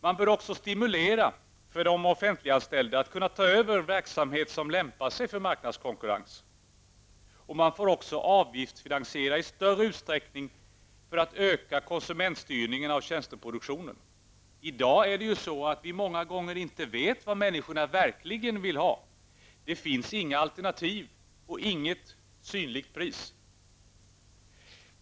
Man bör också skapa stimulans för de offentliganställda att ta över verksamheter som lämpar sig för marknadskonkurrens och också avgiftsfinansiera i större utsträckning för att öka konsumentstyrningen av tjänsteproduktionen. I dag vet vi många gånger inte vad människorna verkligen vill ha. Det finns inga alternativ och inget synligt pris.